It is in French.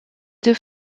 deux